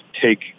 take